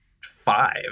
five